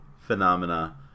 phenomena